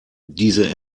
diese